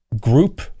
group